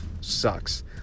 sucks